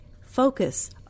focus